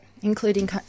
including